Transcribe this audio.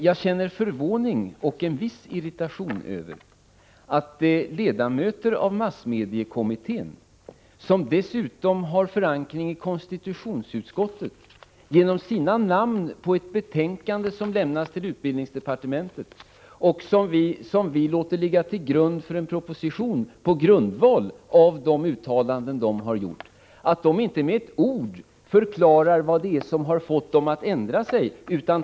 Jag känner förvåning och en viss irritation över att ledamöter av massmediekommittén — dessutom med förankring i konstitutionsutskottet — vilka har satt sina namn på ett betänkande, som lämnas till utbildningsdepartementet och som vi låter ligga till grund för en proposition på grundval av de uttalanden de har gjort, inte med ett ord förklarar vad det är som har fått dem att ändra sig.